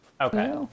Okay